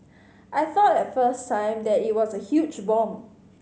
I thought at first time that it was a huge bomb